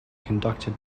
conducted